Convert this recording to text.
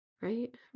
right